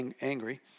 angry